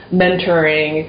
mentoring